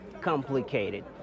complicated